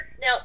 now